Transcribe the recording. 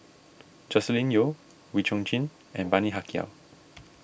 Joscelin Yeo Wee Chong Jin and Bani Haykal